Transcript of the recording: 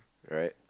right